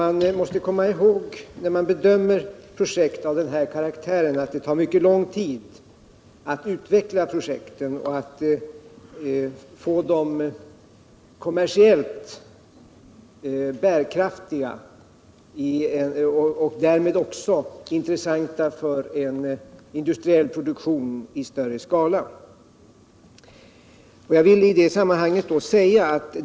Man måste komma ihåg, när man bedömer projekt av den här karaktären, att det tar mycket lång tid att utveckla projekten och att få dem kommersiellt bärkraftiga och därmed intressanta för en industriell produktion i större skala.